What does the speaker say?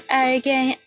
again